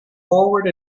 forward